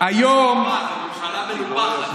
זאת ממשלה מנופחת.